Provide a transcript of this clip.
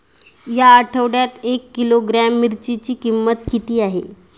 या आठवड्यात एक किलोग्रॅम मिरचीची किंमत किती आहे?